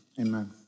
Amen